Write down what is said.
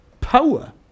Power